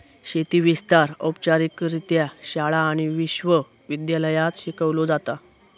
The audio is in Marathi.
शेती विस्तार औपचारिकरित्या शाळा आणि विश्व विद्यालयांत शिकवलो जाता